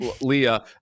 Leah